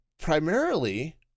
primarily